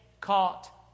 caught